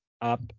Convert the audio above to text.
up